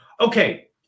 Okay